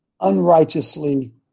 unrighteously